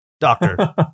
doctor